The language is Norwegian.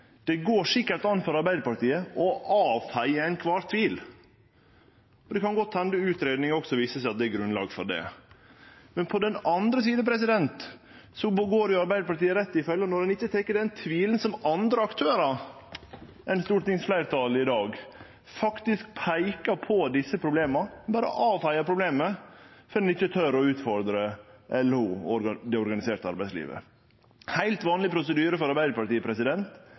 Det går sikkert an for Arbeidarpartiet å avfeie all tvil. Det kan godt hende utgreiinga også viser at det er grunnlag for det. På den andre sida går Arbeidarpartiet rett i fella når ein ikkje tek på alvor den tvilen som andre aktørar enn stortingsfleirtalet i dag har, som faktisk peikar på desse problema. Ein berre avfeiar problemet fordi ein ikkje tør å utfordre LO og det organiserte arbeidslivet – heilt vanleg prosedyre for Arbeidarpartiet,